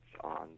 on